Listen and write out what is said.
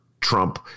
Trump